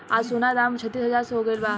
आज सोना के दाम छत्तीस हजार हो गइल बा